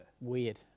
Weird